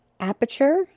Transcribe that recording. aperture